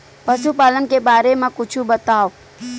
पशुपालन के बारे मा कुछु बतावव?